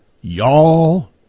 y'all